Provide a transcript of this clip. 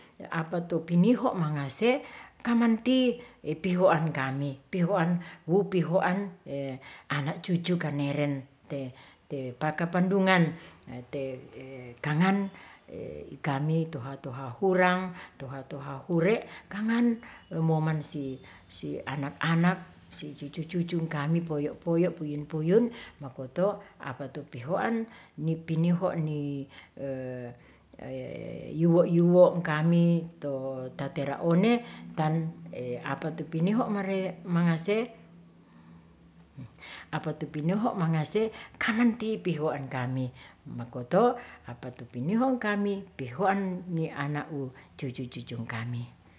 Apatu piniho mangase kamanti pihoan kami pihoan wu pihoan anak cucu keneren, te pakapandungan te kangan ikami toha toha hurang toha toha hure' kangan momen si anak-anak si cucu-cucu ngikami poyo poyo puyun puyun, makoto apatu pihoan ni piniho ni yuwo' yuwo' ngikami to ta tera one tan apatu piniho mare mangase, apatu piniho mangase kamen ti pihoan kami makoto apatu pinihon kami pihoan mi anau cucu-cucu ngkami.